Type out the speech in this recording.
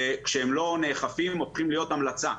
כשהם לא נאכפים הופכים להיות המלצה.